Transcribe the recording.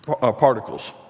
Particles